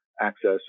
access